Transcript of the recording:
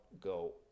go